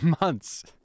months